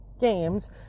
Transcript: games